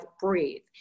breathe